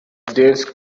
dance